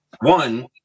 One